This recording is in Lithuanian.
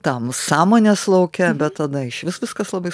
tam sąmonės lauke bet tada išvis viskas labai